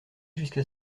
jusqu’à